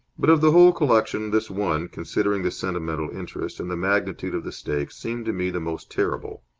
but of the whole collection this one, considering the sentimental interest and the magnitude of the stakes, seemed to me the most terrible.